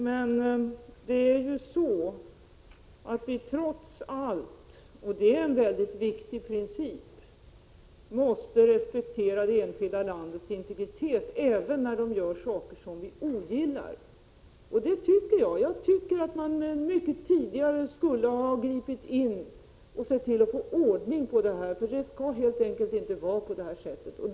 Fru talman! Jo, men vi måste trots allt — och det är en väldigt viktig princip — respektera ett annat lands integritet, även när man där gör saker som vi ogillar. Jag tycker att man borde ha gripit in mycket tidigare och sett till att få slut på utsläppen, för det skall helt enkelt inte vara som det är i dag.